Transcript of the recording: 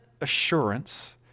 assurance